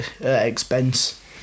expense